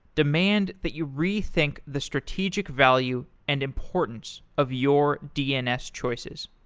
demand that you rethink the strategic value and importance of your dns choices.